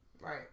right